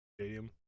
stadium